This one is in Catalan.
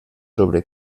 sobre